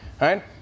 right